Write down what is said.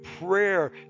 prayer